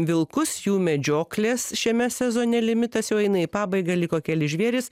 vilkus jų medžioklės šiame sezone limitas jau eina į pabaigą liko keli žvėrys